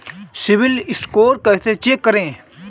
CIBIL score कैसे check करें?